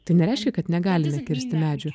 tai nereiškia kad negali kirsti medžių